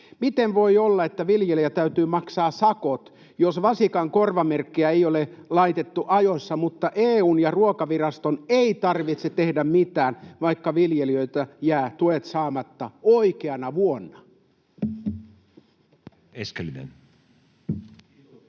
Miten voi olla, että viljelijän täytyy maksaa sakot, jos vasikan korvamerkkiä ei ole laitettu ajoissa, mutta EU:n ja Ruokaviraston ei tarvitse tehdä mitään, vaikka viljelijöiltä jäävät tuet saamatta oikeana vuonna?